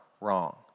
wrong